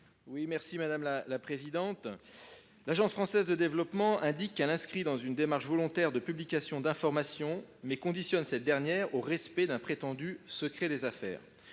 à M. Guillaume Gontard. L’Agence française de développement indique qu’elle s’inscrit dans une démarche volontaire de publication d’informations, mais elle conditionne celle ci au respect d’un prétendu secret des affaires.